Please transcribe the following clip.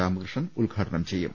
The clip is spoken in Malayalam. രാമകൃ ഷ്ണൻ ഉദ്ഘാടനം ചെയ്യും